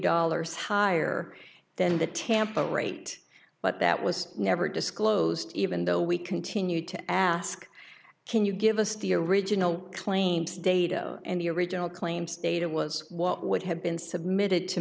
dollars higher than the tampa rate but that was never disclosed even though we continue to ask can you give us the original claims data and the original claims data was what would have been submitted to